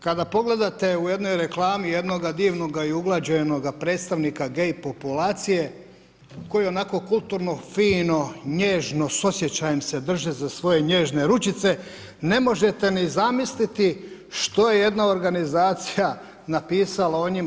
Kada pogledate u jednoj reklami jednoga divnoga i uglađenoga predstavnika gay populacije koji onako kulturno, fino, nježno s osjećajem se drže za svoje nježne ručice ne možete ni zamisliti što je jedna organizacija napisala o njima.